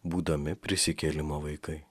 būdami prisikėlimo vaikai